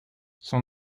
son